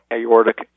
Aortic